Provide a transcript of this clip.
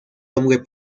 hombre